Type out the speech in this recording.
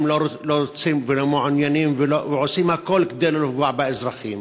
לא רוצים ולא מעוניינים ועושים הכול כדי לא לפגוע באזרחים,